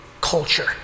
Culture